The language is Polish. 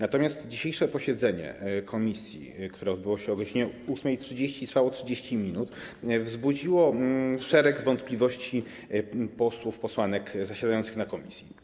Natomiast dzisiejsze posiedzenie komisji, które odbyło się o godz. 8.30 i trwało 30 minut, wzbudziło szereg wątpliwości posłów i posłanek zasiadających w komisji.